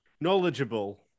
Knowledgeable